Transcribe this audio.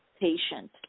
patient